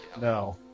No